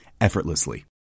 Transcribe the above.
effortlessly